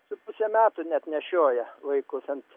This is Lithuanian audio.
su puse metų net nešioja vaikus ant